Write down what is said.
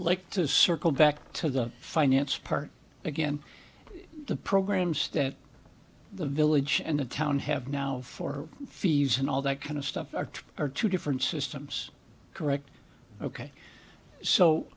like to circle back to the finance part again the program stan the village and the town have now for fees and all that kind of stuff are two different systems correct ok so